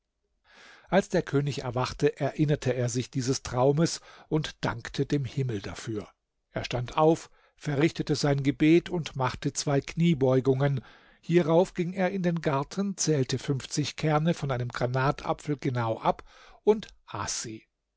als der könig erwachte erinnerte er sich dieses traumes und dankte dem himmel dafür er stand auf verrichtete sein gebet und machte zwei kniebeugungen hierauf ging er in den garten zählte fünfzig kerne von einem granatapfel genau ab und aß sie